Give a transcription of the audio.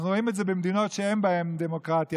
אנחנו רואים את זה במדינות שאין בהן דמוקרטיה,